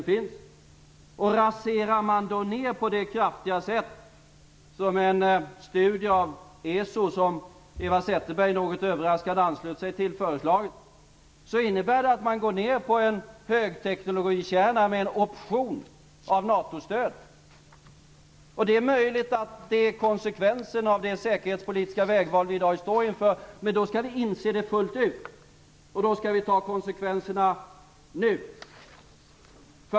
Om man raserar så kraftig som en studie av ESO föreslagit, som Eva Zetterberg något överraskande har anslutit sig till, innebär det att man går ned till en högteknologikärna med en option av NATO-stöd. Det är möjligt att det är konsekvensen av det säkerhetspolitiska vägval som vi i dag står inför, men då skall vi inse det fullt ut. Då skall vi ta konsekvenserna nu.